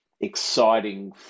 exciting